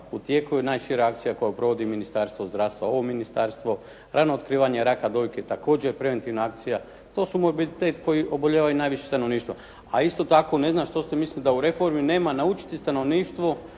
u tijeku je najšira akcija koje provodi Ministarstvo zdravstva, ovo ministarstvo, rano otkrivanje raka dojke, također preventivna akcija. To su …/Govornik se ne razumije./… koji oboljevaju najviše stanovništva. A isto tako ne znam što ste mislili da u reformi nema naučiti stanovništvo